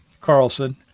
Carlson